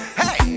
hey